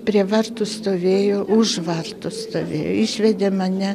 prie vartų stovėjo už vartų stovėjo išvedė mane